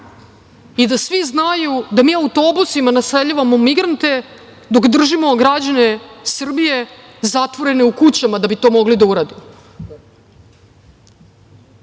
i da svi znaju da mi autobusima naseljavamo migrante dok držimo građane Srbije zatvorene u kućama da bi to mogli da uradimo. Da